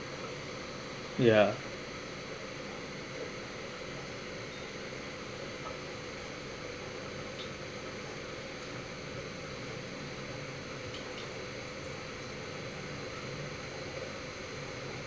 ya